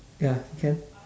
ya can